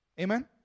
Amen